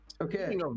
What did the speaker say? Okay